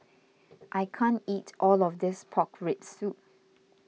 I can't eat all of this Pork Rib Soup